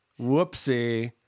Whoopsie